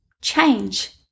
Change